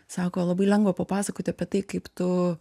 sako labai lengva papasakoti apie tai kaip tu